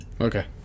Okay